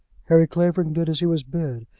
harry clavering did as he was bid,